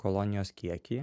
kolonijos kiekį